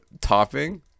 topping